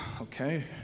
okay